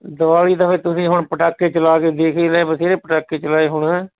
ਦਿਵਾਲੀ ਤਾ ਫਿਰ ਤੁਸੀਂ ਹੁਣ ਪਟਾਕੇ ਚਲਾ ਕੇ ਦੇਖ ਹੀ ਰਹੇ ਬਥੇਰੇ ਪਟਾਕੇ ਚਲਾਏ ਹੋਣੇ